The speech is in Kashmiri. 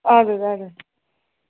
اَدٕ حظ اَدٕ حظ